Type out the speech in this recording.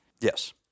Yes